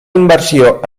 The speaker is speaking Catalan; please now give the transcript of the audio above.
inversió